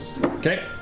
Okay